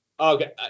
Okay